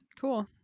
Cool